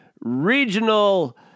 regional